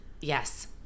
Yes